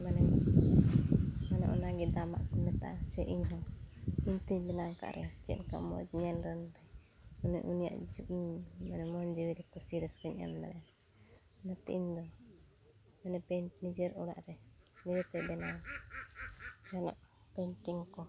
ᱢᱟᱱᱮ ᱢᱟᱱᱮ ᱚᱱᱟᱜᱮ ᱫᱟᱢᱟᱜ ᱠᱚ ᱢᱮᱛᱟᱜᱼᱟ ᱥᱮ ᱤᱧᱦᱚᱸ ᱤᱧᱛᱮᱧ ᱵᱮᱱᱟᱣᱠᱟᱜᱼᱟ ᱨᱮᱦᱚᱸ ᱪᱮᱫᱞᱮᱠᱟ ᱢᱚᱡᱽ ᱧᱮᱞ ᱢᱟᱱᱮ ᱩᱱᱤᱭᱟᱜ ᱢᱚᱱ ᱡᱤᱣᱤᱨᱮ ᱠᱩᱥᱤ ᱨᱟᱹᱥᱠᱟᱹᱭ ᱧᱟᱢ ᱫᱟᱲᱮᱜᱼᱟ ᱚᱱᱟᱛᱮ ᱤᱧᱫᱚ ᱱᱤᱡᱮᱨ ᱚᱲᱟᱜᱨᱮ ᱱᱤᱡᱮᱛᱮ ᱵᱮᱱᱟᱣ ᱡᱟᱦᱟᱸᱱᱟᱜ ᱯᱮᱱᱴᱤᱝ ᱠᱚ